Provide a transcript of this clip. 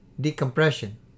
decompression